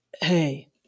Hey